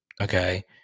Okay